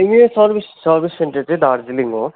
ए service service centre चाहिँ दार्जिलिङ्ग हो